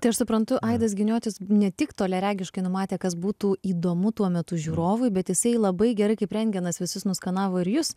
tai aš suprantu aidas giniotis ne tik toliaregiškai numatė kas būtų įdomu tuo metu žiūrovui bet jisai labai gerai kaip rentgenas visus nuskanavo ir jus